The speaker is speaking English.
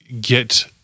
get